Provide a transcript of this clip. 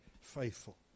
faithful